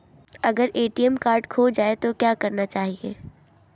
अगर ATM card खो जाए तो क्या करना चाहिए?